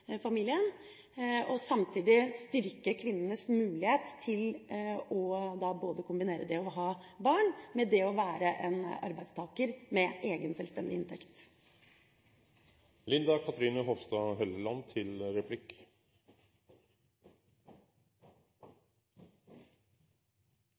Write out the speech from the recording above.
familien, og samtidig styrker kvinnenes mulighet til å kombinere det å ha barn med det å være arbeidstaker med egen, selvstendig inntekt.